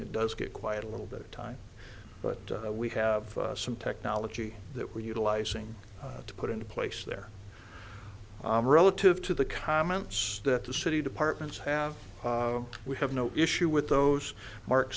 it does get quite a little bit of time but we have some technology that we're utilizing to put in place there relative to the comments that the city departments have we have no issue with those mark